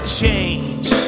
change